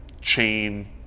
chain